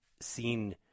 seen